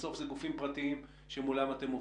בסוף מדובר בגופים פרטיים שמולם אתם עובדים.